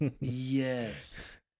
yes